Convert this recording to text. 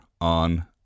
on